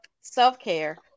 self-care